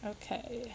okay